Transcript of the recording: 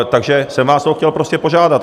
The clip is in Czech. Takže jsem vás o to chtěl prostě požádat.